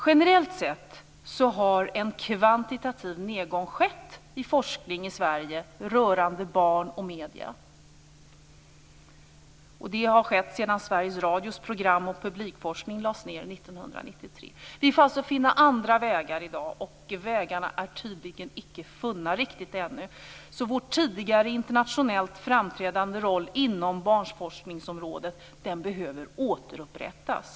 Generellt sett har en kvantitativ nedgång skett inom forskning i Sverige rörande barn och medier. Det har skett sedan Sveriges Radios program och publikforskning lades ned år 1993. Vi får alltså finna andra vägar i dag, för vägarna är tydligen icke riktigt funna ännu. Vår tidigare internationellt framträdande roll inom barnforskningsområdet behöver alltså återupprättas.